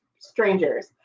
strangers